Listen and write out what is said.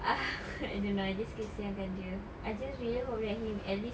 I don't know I just kesian kan dia I just really hope that he at least